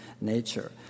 nature